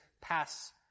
pass